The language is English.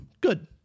Good